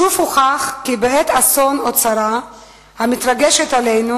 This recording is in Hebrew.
שוב הוכח כי בעת אסון או צרה המתרגשת עלינו,